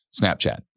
Snapchat